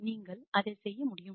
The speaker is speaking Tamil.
எனவே நீங்கள் அதை செய்ய முடியும்